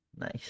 Nice